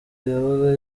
yabaga